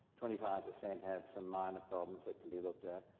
twenty five percent have some minor problems that can be looked at,